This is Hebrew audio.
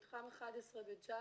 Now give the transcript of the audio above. מתחם 11 בג'ת,